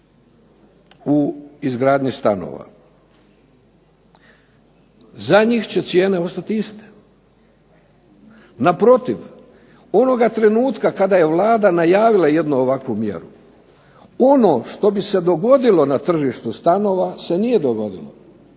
u izgradnji stanova. Za njih će cijene ostati iste. Naprotiv, onoga trenutka kada je Vlada najavila jednu ovakvu mjeru ono što bi se dogodilo na tržištu stanova se nije dogodilo.